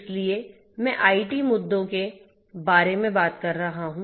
इसलिए मैं आईटी मुद्दों के बारे में बहुत बात कर रहा हूं